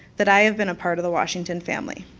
that i've been part of the washington family.